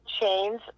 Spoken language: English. chains